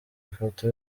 ifoto